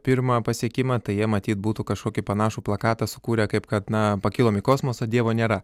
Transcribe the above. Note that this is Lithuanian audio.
pirmą pasiekimą tai jie matyt būtų kažkokį panašų plakatą sukūrę kaip kad na pakilom į kosmosą dievo nėra